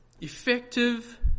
Effective